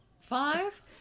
five